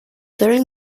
during